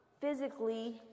physically